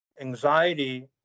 Anxiety